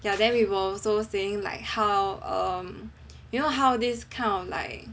ya then we were also saying like how um you know how this kind of like